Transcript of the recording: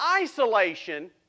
isolation